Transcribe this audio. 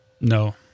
No